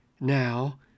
now